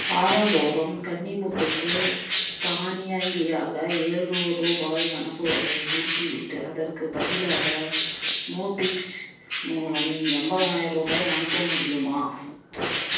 வாரந்தோறும் கன்னிமுத்துக்கு தானியங்கியாக ஏழுநூறு ரூபாய் அனுப்புவதை நிறுத்திவிட்டு அதற்கு பதிலாக மோபிக்ஸ் மூலம் எண்பதனாயிரம் ரூபாய் அனுப்ப முடியுமா